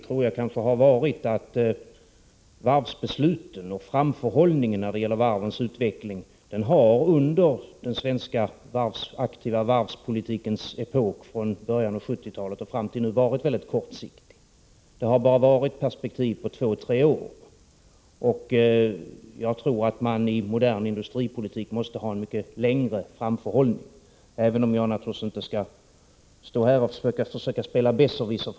I fråga om varvsbesluten och framförhållningen när det gäller varvens utveckling tror jag att ett avgörande fel under den svenska aktiva varvspolitikens epok från början av 1970-talet och fram till nu har varit att man sett mycket kortsiktigt på dessa saker. Det har rört sig om perspektiv omfattande bara två tre år. Jag tror att man i modern industripolitik måste ha en helt annan framförhållning. Man måste planera för utvecklingen längre fram i tiden. Naturligtvis är det inte min mening att framstå som någon besserwisser.